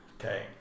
Okay